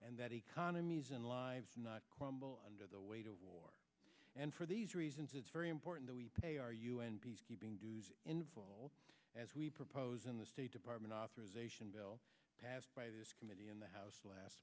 and that economies and lives not under the weight of war and for these reasons it's very important that we pay our un peacekeeping dues involved as we propose in the state department authorization bill passed by this committee in the house last